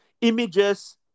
images